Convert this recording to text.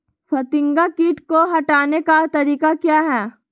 फतिंगा किट को हटाने का तरीका क्या है?